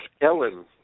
Ellen